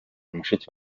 mushiki